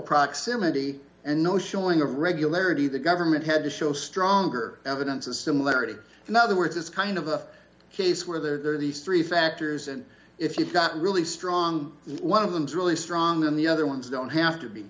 proximity and no showing of regularity the government had to show stronger evidence of similarity in other words it's kind of a case where there are these three factors and if you've got really strong one of them's really strong and the other ones don't have to be